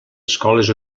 escoles